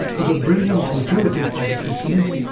was a brilliant intuitive politician,